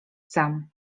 sam